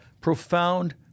profound